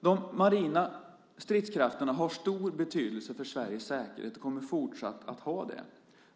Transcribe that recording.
De marina stridskrafterna har stor betydelse för Sveriges säkerhet och kommer fortsatt att ha det.